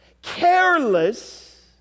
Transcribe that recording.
careless